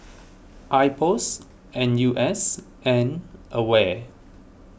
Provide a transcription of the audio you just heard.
Ipos N U S and Aware